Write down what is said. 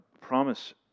promise